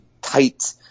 tight